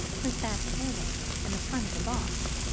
who sat carelessly in the front of the box,